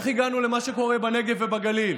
איך הגענו למה שקורה בנגב ובגליל?